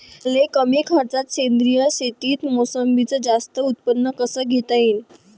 मले कमी खर्चात सेंद्रीय शेतीत मोसंबीचं जास्त उत्पन्न कस घेता येईन?